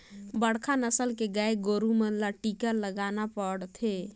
बड़खा नसल के गाय गोरु मन ल टीका लगाना परथे